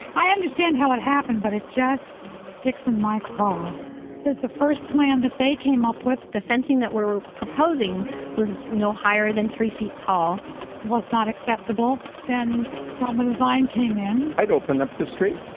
i understand how it happened, but it just sticks in my craw that the first plan that they came up with, the fencing that we're proposing was no higher than three feet tall was not acceptable. then roma design came in i'd open up the street.